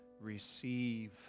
receive